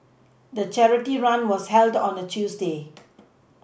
the charity run was held on a Tuesday